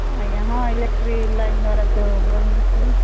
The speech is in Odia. ଆଜ୍ଞା ହଁ ଇଲେକ୍ଟ୍ରି ଲାଇନ ଦ୍ୱାରା ଯେଉଁ ହୁଏ